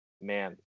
man